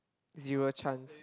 zero chance